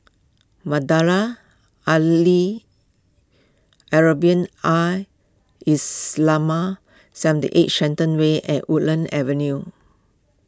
Madrasah Al Arabiah Al Islamiah seventy eight Shenton Way and Woodlands Avenue